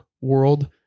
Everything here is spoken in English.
world